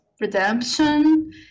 redemption